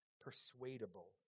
Persuadable